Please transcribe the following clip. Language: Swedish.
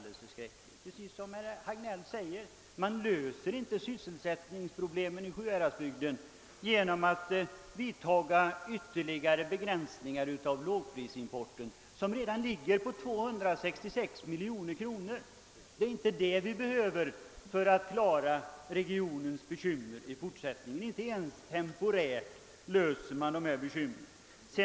Det löser inte, såsom herr Hagnell sade, sysselsättningsproblemen i Sjuhäradsbygden att man vidtager ytterligare begränsningar i lågprisimporten, som nu uppgår till 266 miljoner kronor. Det är inte det vi behöver för att klara regionens bekymmer i fram tiden. En sådan åtgärd löser inte dessa problem ens temporärt.